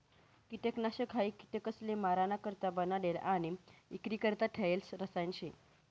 किटकनाशक हायी किटकसले माराणा करता बनाडेल आणि इक्रीकरता ठेयेल रसायन शे